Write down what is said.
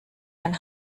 ein